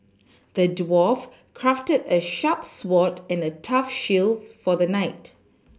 the dwarf crafted a sharp sword and a tough shield for the knight